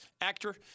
actor